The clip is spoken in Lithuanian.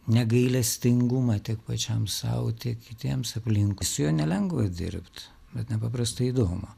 negailestingumą tiek pačiam sau tiek kitiems aplinkui su juo nelengva dirbt bet nepaprastai įdomu